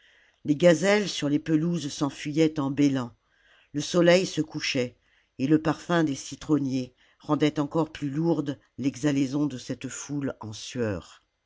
les gazelles sur les pelouses s'enfuyaient en bêlant le soleil se couchait et le parfum des citronniers rendait encore plus lourde l'exhalaison de cette foule en sueur